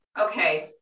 okay